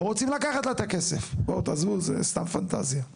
לא רוצים לקחת לה את הכסף, תעזבו זו סתם פנטזיה.